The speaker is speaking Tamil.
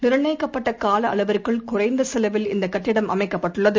நிர்ணயிக்கப்பட்டகாலஅளவிற்குள் குறைந்தசெலவில் இந்தக் கட்டிடம் அமைக்கப்பட்டுள்ளது